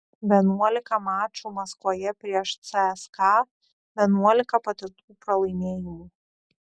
vienuolika mačų maskvoje prieš cska vienuolika patirtų pralaimėjimų